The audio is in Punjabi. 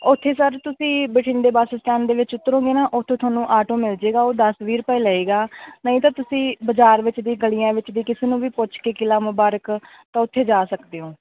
ਉੱਥੇ ਸਰ ਤੁਸੀਂ ਬਠਿੰਡੇ ਬੱਸ ਸਟੈਂਡ ਦੇ ਵਿੱਚ ਉਤਰੋਗੇ ਨਾ ਉੱਥੇ ਤੁਹਾਨੂੰ ਆਟੋ ਮਿਲ ਜੇਗਾ ਉਹ ਦਸ ਵੀਹ ਰੁਪਏ ਲਏਗਾ ਨਹੀਂ ਤਾਂ ਤੁਸੀਂ ਬਾਜ਼ਾਰ ਵਿੱਚ ਦੀ ਗਲੀਆਂ ਵਿੱਚ ਦੀ ਕਿਸੇ ਨੂੰ ਵੀ ਪੁੱਛ ਕੇ ਕਿਲ੍ਹਾ ਮੁਬਾਰਕ ਤਾਂ ਉੱਥੇ ਜਾ ਸਕਦੇ ਹੋ